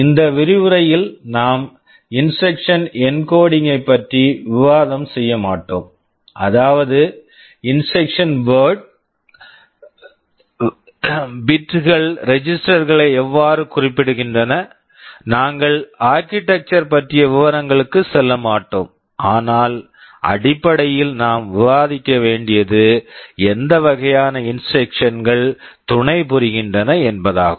இந்த விரிவுரையில் நாம் இன்ஸ்ட்ரக்க்ஷன் என்கோடிங் instruction encoding கைப் பற்றி விவாதம் செய்ய மாட்டோம் அதாவது இன்ஸ்ட்ரக்க்ஷன் வர்ட் instruction word இன் பிட் bit கள் ரெஜிஸ்டர் register களை எவ்வாறு குறிப்பிடுகின்றன நாங்கள் ஆர்க்கிடெக்சர் architecture பற்றிய விவரங்களுக்குச் செல்ல மாட்டோம் ஆனால் அடிப்படையில் நாம் விவாதிக்க வேண்டியது எந்த வகையான இன்ஸ்ட்ரக்க்ஷன் instruction கள் துணைபுரிகின்றன என்பதாகும்